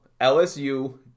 LSU